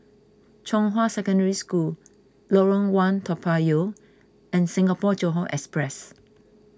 Zhonghua Secondary School Lorong one Toa Payoh and Singapore Johore Express